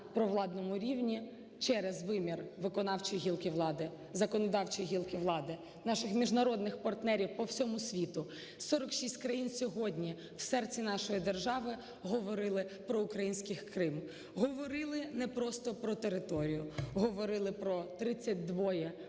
на провладному рівні через вимір виконавчої гілки влади, законодавчої гілки влади, наших міжнародних партнерів по всьому світу, 46 країн сьогодні в серці нашої держави говорили про український Крим. Говорили непросто про територію. Говорили про 32